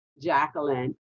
Jacqueline